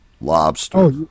lobster